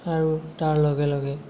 আৰু তাৰ লগে লগে